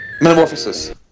Metamorphosis